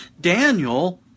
Daniel